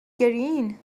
گرین